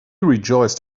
rejoiced